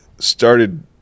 Started